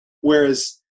whereas